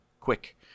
quick